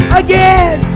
again